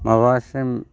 माबासिम